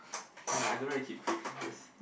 and I don't know keep fit this